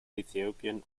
ethiopian